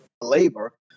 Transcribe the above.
labor